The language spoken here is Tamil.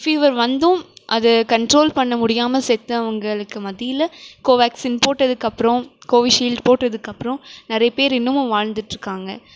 ஃபீவர் வந்தும் அது கண்ட்ரோல் பண்ண முடியாமல் செத்தவங்களுக்கு மத்தியில் கோவாக்சின் போட்டதுக்கப்புறோம் கோவிஷீல்டு போட்டதுக்கப்புறோம் நிறையப்பேர் இன்னமும் வாழ்ந்துட்டுருக்காங்க